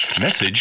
Message